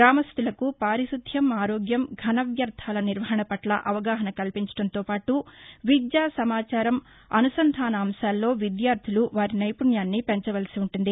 గ్రామస్యలకు పారిశుద్యం ఆరోగ్యం ఘనవ్యర్దాల నిర్వహణ పట్ల అవగాహన కల్పించడంతో పాటు విద్య సమాచారం అనుసంధాన అంశాలో విద్యార్దలు వారి నైపుణ్యాన్ని పెంచవలసి ఉంటుంది